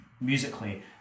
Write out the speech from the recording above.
musically